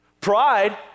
Pride